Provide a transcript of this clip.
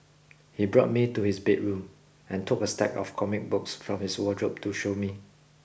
he brought me to his bedroom and took a stack of comic books from his wardrobe to show me